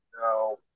no